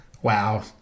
Wow